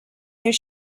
their